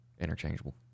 Interchangeable